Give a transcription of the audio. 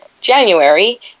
January